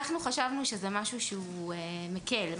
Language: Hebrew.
חשבנו שזה משהו שמקל,